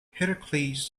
heracles